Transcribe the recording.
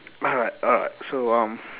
but uh so um